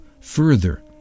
further